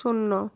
শূন্য